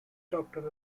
doctoral